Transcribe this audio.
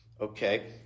Okay